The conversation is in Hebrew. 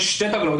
יש שתי טבלאות,